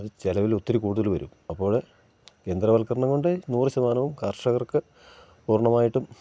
അത് ചിലവിലൊത്തിരി കൂടുതല് വരും അപ്പോഴ് യന്ത്രവൽക്കരണം കൊണ്ട് നൂറ് ശതമാനവും കർഷകർക്ക് പൂർണ്ണമായിട്ടും